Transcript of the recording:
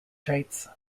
traits